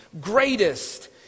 greatest